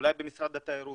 אולי במשרד התיירות,